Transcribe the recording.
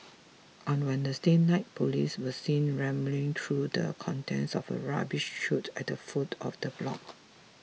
on Wednesday night police were seen rummaging through the contents of a rubbish chute at the foot of the block